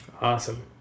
Awesome